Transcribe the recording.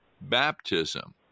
baptism